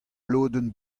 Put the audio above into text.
lodenn